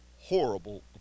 horrible